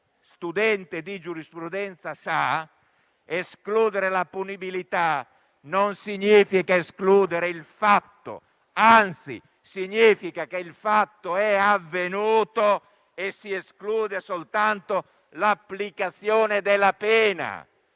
studente di giurisprudenza, escludere la punibilità non significa escludere il fatto, anzi significa che il fatto è avvenuto e si esclude soltanto l'applicazione della pena